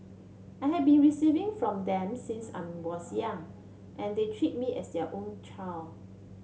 I have been receiving from them since I was young and they treat me as their own child